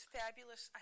fabulous